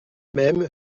même